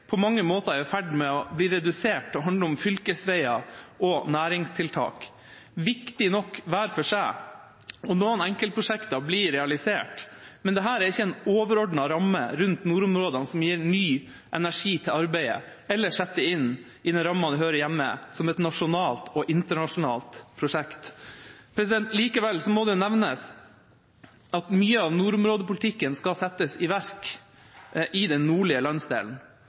på mange måter er i ferd med å bli redusert til å handle om fylkesveier og næringstiltak – viktig nok hver for seg, og noen enkeltprosjekter blir realisert. Men dette er ikke en overordnet ramme rundt nordområdene som gir ny energi til arbeidet, eller setter det inn i den ramma det hører hjemme i som et nasjonalt og internasjonalt prosjekt. Likevel må det nevnes at mye av nordområdepolitikken skal settes i verk i den nordlige landsdelen,